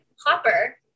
Hopper